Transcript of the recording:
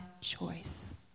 choice